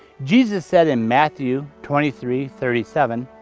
jesus said in matthew twenty three thirty seven